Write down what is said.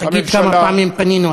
תגיד כמה פעמים פנינו,